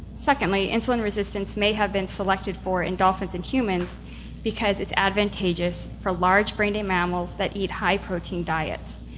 secondly, insulin resistance may have been selected for in dolphins and humans because it's advantageous for large brained mammals that eat high protein diets.